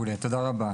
תודה רבה.